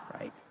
Right